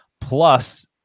plus